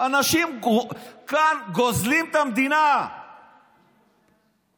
אנשים כאן גוזלים את המדינה, גוזלים.